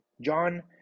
John